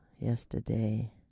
yesterday